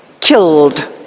killed